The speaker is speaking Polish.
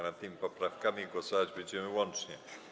Nad tymi poprawkami głosować będziemy łącznie.